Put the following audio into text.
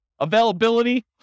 Availability